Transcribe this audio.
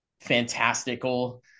fantastical